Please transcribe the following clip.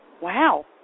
Wow